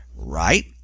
right